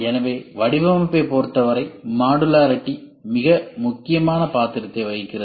எனவே வடிவமைப்பைப் பொருத்தவரை மாடுலாரிடி மிக முக்கியமான பாத்திரத்தை வகிக்கிறது